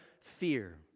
fear